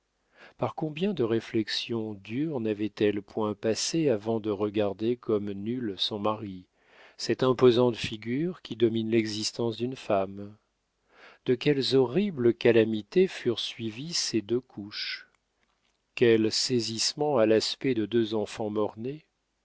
par combien de réflexions dures n'avait-elle point passé avant de regarder comme nul son mari cette imposante figure qui domine l'existence d'une femme de quelles horribles calamités furent suivies ses deux couches quel saisissement à l'aspect de deux enfants